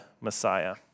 messiah